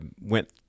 went